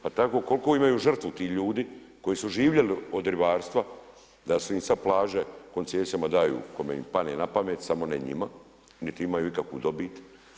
Pa tako koliko imaju žrtvu ti ljudi koji su živjeli od ribarstva da su im sada plaće koncesijama daju kome im pane na pamet samo ne njima niti imaju ikakvu dobit.